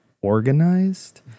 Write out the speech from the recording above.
organized